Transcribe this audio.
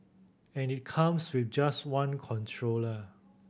and it comes with just one controller